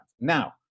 now